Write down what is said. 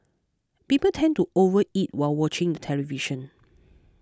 people tend to overeat while watching the television